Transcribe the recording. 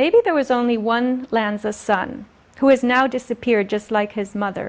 maybe there was only one lanza son who has now disappeared just like his mother